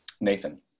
nathan